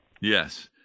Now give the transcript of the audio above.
Yes